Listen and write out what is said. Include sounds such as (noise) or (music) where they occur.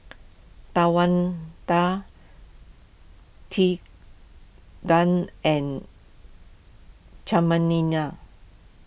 Tawanda Tilden and (unintelligible)